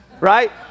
right